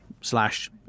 slash